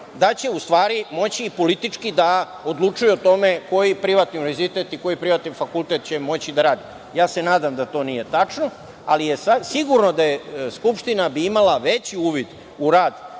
da će u stvari moći i politički da odlučuje o tome koji privatni univerzitet, koji privatni fakultet će moći da radi. Ja se nadam da to nije tačno, ali je sigurno da bi Skupština imala veći uvid u rad